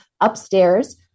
upstairs